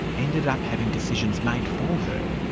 ended up having decisions made for her.